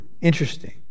interesting